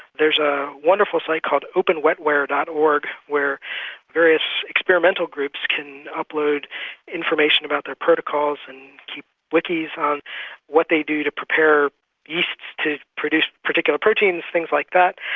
there's a wonderful site called openwetware. org where various experimental groups can upload information about their protocols, and keep wikis on what they do to prepare yeasts to produce particular proteins, things like that.